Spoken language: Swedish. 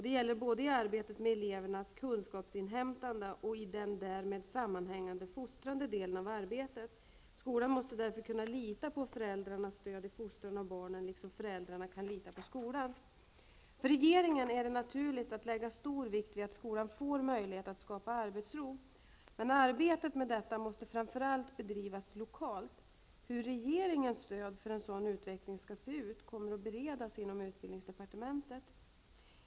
Det gäller både i arbetet med elevernas kunskapsinhämtande och i den därmed sammanhängande fostrande delen av arbetet. Skolan måste därför kunna lita på föräldrarnas stöd i fostran av barnen liksom föräldrarna kan lita på skolans. För regeringen är det natuligt att lägga stor vikt vid att skolan får möjlighet att skapa arbetsro. Arbetet med detta måste framför allt bedrivas lokalt. Hur regeringens stöd för en sådan utveckling skall se ut kommer att beredas inom utbildningsdepartementet.